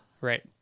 right